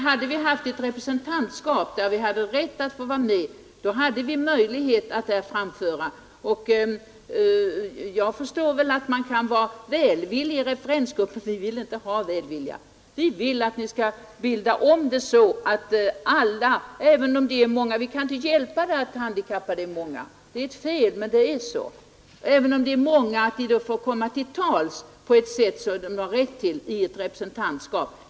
Hade vi haft ett representantskap där vi alla hade rätt att vara med, då hade möjlighet funnits för även våra synpunkter. Man kan vara välvillig mot referensgruppen. Men än en gång, vi vill inte ha välvilja. Vi kan inte hjälpa att de handikappade är många, det är kanske fel men det är så — de bör alla få komma till tals i ett representantskap.